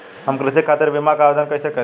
हम कृषि खातिर बीमा क आवेदन कइसे करि?